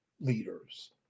Leaders